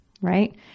right